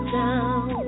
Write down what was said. down